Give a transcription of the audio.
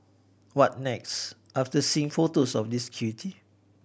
what next after seeing photos of this cutie